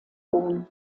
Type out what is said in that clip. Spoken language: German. rom